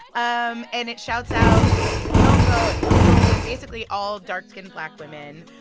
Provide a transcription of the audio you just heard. um and it shouts out lupita nyong'o and kelly rowland, basically all dark-skinned black women.